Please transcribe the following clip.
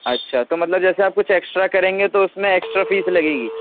اچھا تو مطلب جیسے کچھ ایکسٹرا کریں گے تو اس میں ایکسٹرا فیس لگے گی